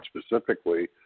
specifically